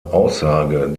aussage